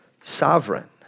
sovereign